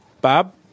Bob